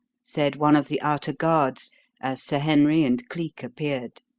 said one of the outer guards as sir henry and cleek appeared.